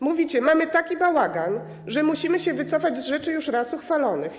Mówicie: Mamy taki bałagan, że musimy się wycofać z rzeczy już raz uchwalonych.